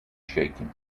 shaken